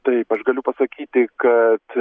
taip aš galiu pasakyti kad